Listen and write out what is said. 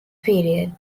period